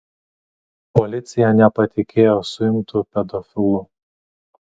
policija nepatikėjo suimtu pedofilu